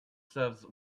serves